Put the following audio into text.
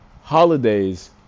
holidays